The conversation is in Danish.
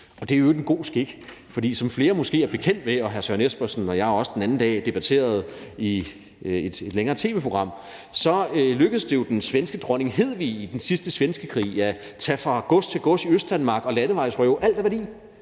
Og det er i øvrigt en god skik, for som flere måske er bekendt med, og som jeg og hr. Søren Espersen den anden dag debatterede i et længere tv-program, så lykkedes det jo den svenske dronning Hedvig i den sidste svenskekrig at tage fra gods til gods i Østdanmark og landevejsrøve alt af værdi,